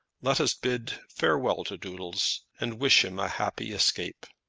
let us bid farewell to doodles, and wish him a happy escape.